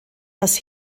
dass